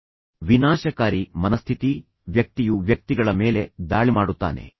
ಈ ಕಡೆಃ ವಿನಾಶಕಾರಿ ಮನಸ್ಥಿತಿ ವ್ಯಕ್ತಿಯು ವ್ಯಕ್ತಿಗಳ ಮೇಲೆ ದಾಳಿ ಮಾಡುತ್ತಾನೆ